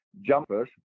jumpers